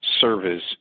service